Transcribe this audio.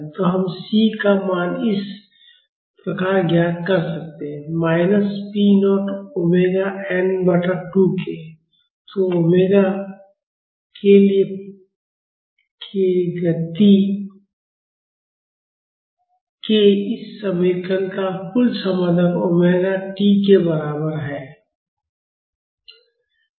तो हम C का मान इस प्रकार ज्ञात कर सकते हैं minus p naught omega n बटा 2 k तो ओमेगा के लिए गति के इस समीकरण का कुल समाधान ओमेगा n टी के बराबर है